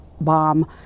bomb